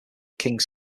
kings